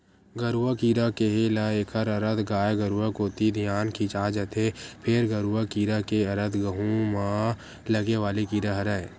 गरुआ कीरा केहे ल एखर अरथ गाय गरुवा कोती धियान खिंचा जथे, फेर गरूआ कीरा के अरथ गहूँ म लगे वाले कीरा हरय